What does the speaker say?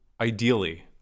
ideally